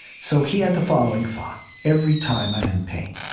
so he had the following thought every time i'm in pain